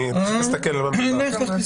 אני צריך להסתכל לבד.